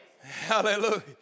Hallelujah